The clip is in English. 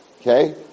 Okay